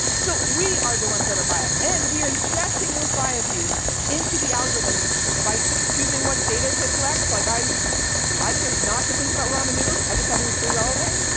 so we are the ones that are biased, and we are injecting those biases into the algorithms by choosing what data to collect, like i i chose not to think about ramen noodles i decided it was irrelevant.